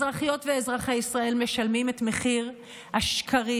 אזרחיות ואזרחי ישראל משלמים את מחיר השקרים,